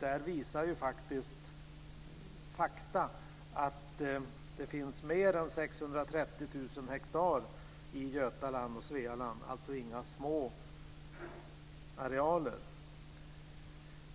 Där visar fakta att det finns mer än 630 000 hektar i Götaland och Svealand. Det är alltså inga små arealer.